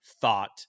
thought